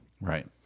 Right